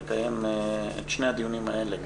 לקיים את שני הדיונים האלה,